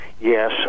Yes